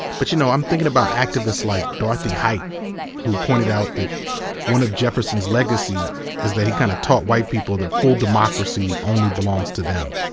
but you know i'm thinking about activists like dorothy height who pointed out that one of jefferson's legacies is that he kind of taught white people that full democracy only belongs to them.